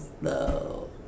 No